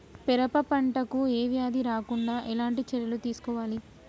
పెరప పంట కు ఏ వ్యాధి రాకుండా ఎలాంటి చర్యలు తీసుకోవాలి?